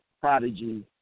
prodigy